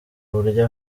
buryo